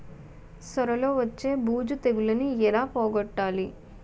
సొర లో వచ్చే బూజు తెగులని ఏల పోగొట్టాలి?